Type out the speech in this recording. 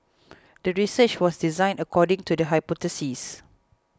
the research was designed according to the hypothesis